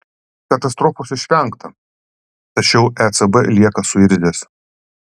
katastrofos išvengta tačiau ecb lieka suirzęs